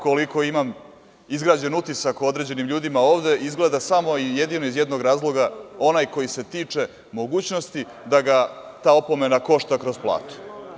Koliko ja imam izgrađen utisak o određenim ljudima ovde, izgleda iz samo jednog jedinog razloga, onaj koji se tiče mogućnosti da ga ta opomena košta kroz platu.